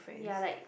ya like